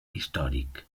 històric